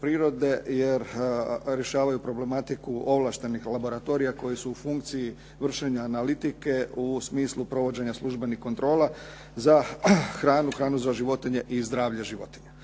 jer rješavaju problematiku ovlaštenih laboratorija koji su u funkciji vršenja analitike u smislu provođenja službenih kontrola za hranu, hranu za životinje i zdravlje životinja.